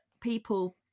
people